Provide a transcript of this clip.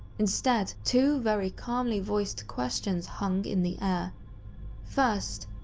instead, two very calmly voiced questions hung in the air first,